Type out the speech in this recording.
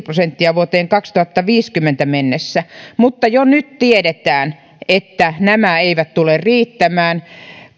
prosenttia vuoteen kaksituhattaviisikymmentä mennessä mutta jo nyt tiedetään että nämä eivät tule riittämään